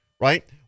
right